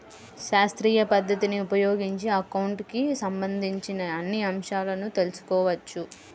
శాస్త్రీయ పద్ధతిని ఉపయోగించి అకౌంటింగ్ కి సంబంధించిన అన్ని అంశాలను తెల్సుకోవచ్చు